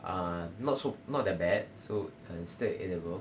uh not so not that bad so uh still edible